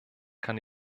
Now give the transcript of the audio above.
kann